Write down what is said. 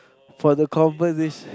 for the conversation